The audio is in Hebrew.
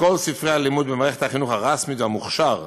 שכל ספרי הלימוד במערכת החינוך הרשמית והמוכש"ר